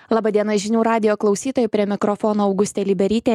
laba diena žinių radijo klausytojai prie mikrofono augustė liberytė